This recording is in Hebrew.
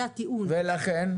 ולכן?